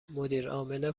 مدیرعامل